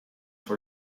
for